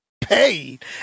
paid